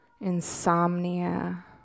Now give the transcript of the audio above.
insomnia